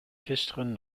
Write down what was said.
gisteren